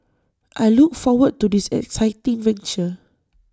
I look forward to this exciting venture